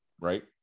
right